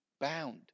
bound